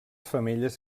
femelles